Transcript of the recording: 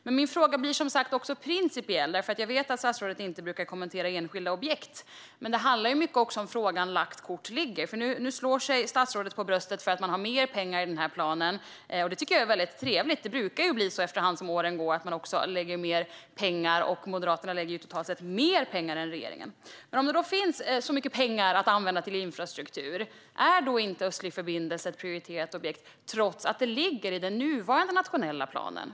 Men min fråga blir, som sagt, också principiell. Jag vet att statsrådet inte brukar kommentera enskilda objekt, men det handlar mycket om att lagt kort ligger. Nu slår sig statsrådet för bröstet för att man har mer pengar i planen. Det tycker jag är väldigt trevligt. Det brukar bli så allteftersom åren går: att man lägger mer pengar. Moderaterna lägger totalt sett mer pengar än regeringen. Men om det då finns så mycket pengar att använda till infrastruktur undrar jag: Är inte Östlig förbindelse ett prioriterat objekt, trots att det ligger i den nuvarande nationella planen?